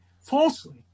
falsely